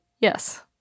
yes